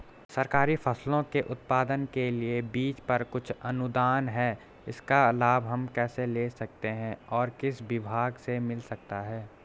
सरकारी फसलों के उत्पादन के लिए बीज पर कुछ अनुदान है इसका लाभ हम कैसे ले सकते हैं और किस विभाग से मिल सकता है?